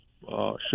show